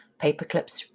Paperclips